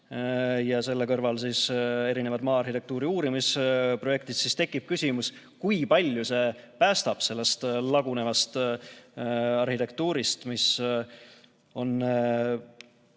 ja selle kõrval on ka maa-arhitektuuri uurimisprojektid, siis tekib küsimus, kui palju see päästab sellest lagunevast arhitektuurist, mis on